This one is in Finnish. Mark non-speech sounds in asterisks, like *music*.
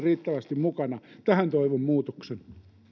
*unintelligible* riittävästi mukana tähän toivon muutoksen